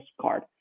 card